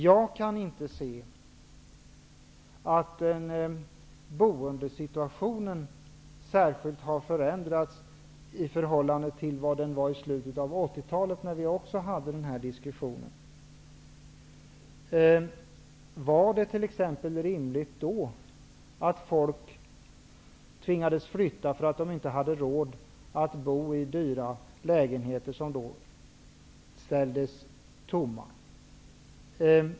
Jag kan inte se att boendesituationen särskilt har förändrats i förhållande till hur den såg ut i slutet av 1980-talet, när vi också hade den här diskussionen. Var det exempelvis på den tiden rimligt att folk tvingades flytta därför att de inte hade råd att bo i dyra lägenheter, och som i och med det ställdes tomma?